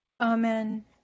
Amen